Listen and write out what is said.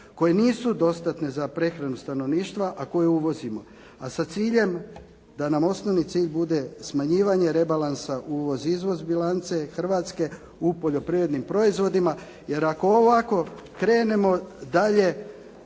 koje nisu dostatne za prehranu stanovništva a koje uvozimo, a sa ciljem da nam osnovni cilj bude smanjivanje rebalansa uvoz izvoz bilance Hrvatske u poljoprivrednim proizvodima jer ako ovako krenemo dalje